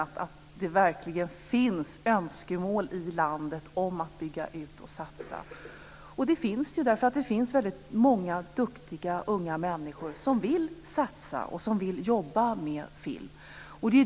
Det visar att det verkligen finns önskemål i landet om att bygga ut och satsa. Det finns många duktiga unga människor som vill satsa och som vill jobba med film.